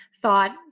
thought